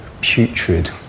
putrid